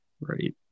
Right